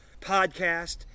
podcast